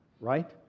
Right